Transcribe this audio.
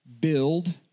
build